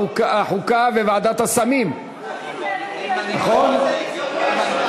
אני מוכן להסביר על הבמה למה אני,